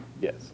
Yes